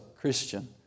Christian